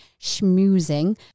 schmoozing